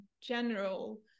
general